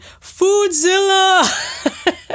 Foodzilla